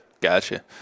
gotcha